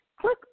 click